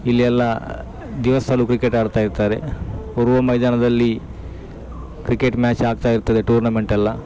ಇಲ್ಲೆಲ್ಲಾ ದಿವಸಲು ಕ್ರಿಕೆಟ್ ಆಡ್ತಾ ಇರ್ತಾರೆ ಉರ್ವ ಮೈದಾನದಲ್ಲಿ ಕ್ರಿಕೆಟ್ ಮ್ಯಾಚ್ ಆಗ್ತಾ ಇರ್ತದೆ ಟೂರ್ನಮೆಂಟ್ ಎಲ್ಲ